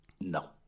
No